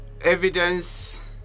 evidence